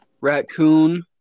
Raccoon